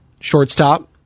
shortstop